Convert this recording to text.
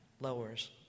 lowers